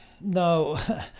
No